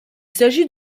s’agit